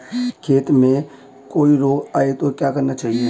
खेत में कोई रोग आये तो क्या करना चाहिए?